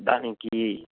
దానికి